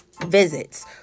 visits